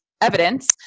evidence